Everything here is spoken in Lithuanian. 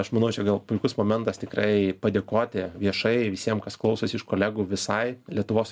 aš manau čia gal puikus momentas tikrai padėkoti viešai visiem kas klausosi iš kolegų visai lietuvos